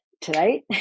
tonight